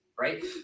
right